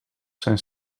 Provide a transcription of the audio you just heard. zijn